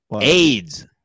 AIDS